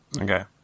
Okay